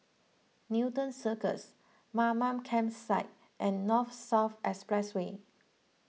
Newton Cirus Mamam Campsite and North South Expressway